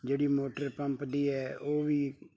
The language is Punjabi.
ਜਿਹੜੀ ਮੋਟਰ ਪੰਪ ਦੀ ਹੈ ਉਹ ਵੀ